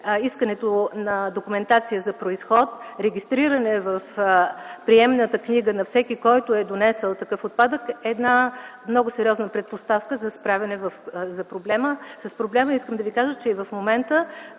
искането на документация за произход, регистрирането в приемната книга на всеки, донесъл такъв отпадък, е сериозна предпоставка за справяне с проблема. Искам да ви кажа, че и в момента